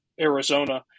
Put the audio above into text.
Arizona